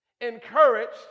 encouraged